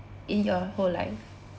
in your whole life